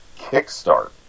kickstart